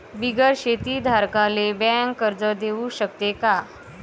बिगर शेती धारकाले बँक कर्ज देऊ शकते का?